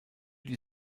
die